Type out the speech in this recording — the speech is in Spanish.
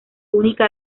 única